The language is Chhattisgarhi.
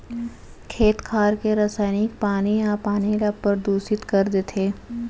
खेत खार के रसइनिक पानी ह पानी ल परदूसित कर देथे